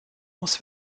muss